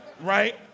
right